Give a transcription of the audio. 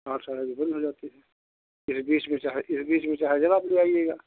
आठ साढ़े आठ बजे बंद हो जाती है फिर बीच मे चाहे इस बीच बीच में चाहे डेरा पर ले आइएगा